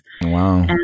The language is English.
Wow